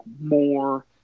more